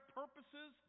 purposes